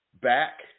back